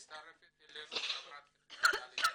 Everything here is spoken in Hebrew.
מצטרפת אלינו חברת הכנסת עליזה לביא.